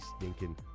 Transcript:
stinking